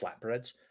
flatbreads